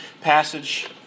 passage